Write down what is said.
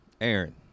Aaron